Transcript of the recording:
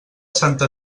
santa